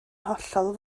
hollol